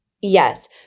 Yes